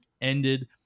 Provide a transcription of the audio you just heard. ended